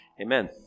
Amen